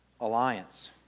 alliance